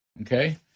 Okay